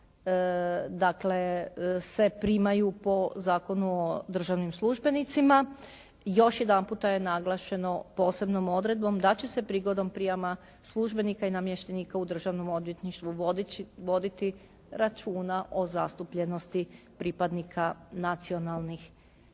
dakle se primaju po Zakonu o državnim službenicima još jedanputa je naglašeno posebnom odredbom da će se prigodom prijama službenika i namještenika u Državnom odvjetništvu voditi računa o zastupljenosti pripadnika nacionalnih